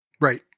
Right